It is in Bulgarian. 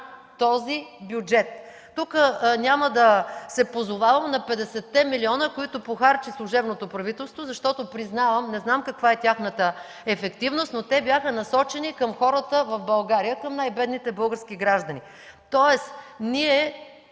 този бюджет. Тук няма да се позовавам на 50-те милиона, които похарчи служебното правителство, защото, признавам, не знам каква е тяхната ефективност, но те бяха насочени към най-бедните български граждани. Тоест нашето